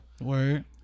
Word